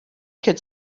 could